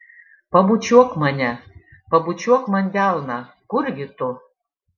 pabučiuok mane pabučiuok man delną kurgi tu